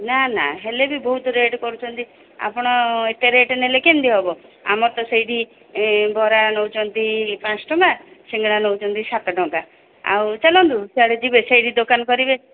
ନା ନା ହେଲେ ବି ବହୁତ ରେଟ୍ କରୁଛନ୍ତି ଆପଣ ଏତେ ରେଟ୍ ନେଲେ କେମିତି ହେବ ଆମର ତ ସେଇଠି ବରା ନେଉଛନ୍ତି ପାଞ୍ଚଟଙ୍କା ସିଙ୍ଗଡ଼ା ନେଉଛନ୍ତି ସାତଟଙ୍କା ଆଉ ଚାଲନ୍ତୁ ସିଆଡ଼େ ଯିବେ ସେଇଠି ଦୋକାନ କରିବେ